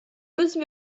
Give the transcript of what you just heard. müssen